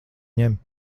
ņem